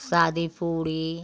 शादी पूड़ी